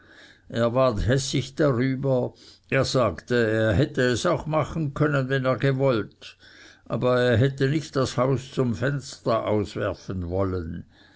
er ward hässig darüber er sagte er hätte es auch machen können wenn er gewollt aber er hätte nicht das haus zum fenster aus werfen wollen